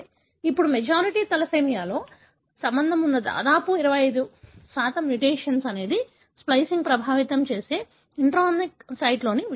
ఇప్పుడు మెజారిటీ తలసేమియాతో సంబంధం ఉన్న దాదాపు 25 మ్యుటేషన్ అనేది స్ప్లికింగ్ని ప్రభావితం చేసే ఇంట్రానిక్ సైట్లోని మ్యుటేషన్